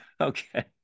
Okay